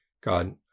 God